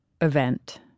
event